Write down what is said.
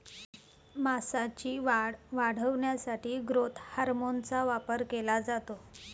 मांसाची वाढ वाढवण्यासाठी ग्रोथ हार्मोनचा वापर केला जातो